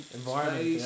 environment